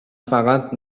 فقط